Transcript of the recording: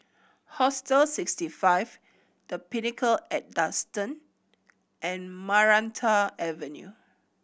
Hostel Sixty Five The Pinnacle at Duxton and Maranta Avenue